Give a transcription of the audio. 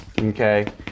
okay